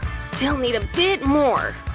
still need a bit more!